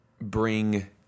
bring